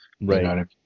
right